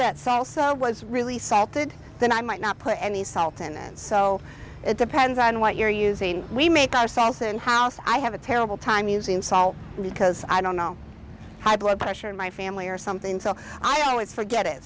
that salsa was really salted then i might not put any salt in and so it depends on what you're using we make our sauce in house i have a terrible time using salt because i don't know high blood pressure in my family or something so i always forget it